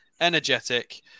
energetic